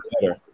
better